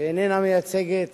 שאיננה מייצגת